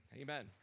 Amen